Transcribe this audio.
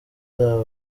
zabo